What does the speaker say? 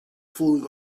falling